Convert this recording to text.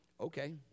okay